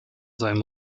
seinem